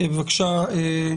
בבקשה,